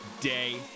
day